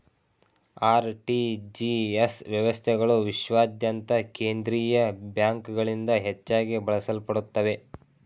RTGS ವ್ಯವಸ್ಥೆಗಳು ವಿಶ್ವಾದ್ಯಂತ ಕೇಂದ್ರೀಯ ಬ್ಯಾಂಕ್ಗಳಿಂದ ಹೆಚ್ಚಾಗಿ ಬಳಸಲ್ಪಡುತ್ತವೆ